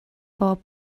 bob